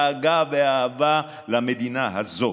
הארץ רק מתוך דאגה ואהבה למדינה הזאת.